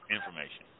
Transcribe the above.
Information